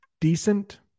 decent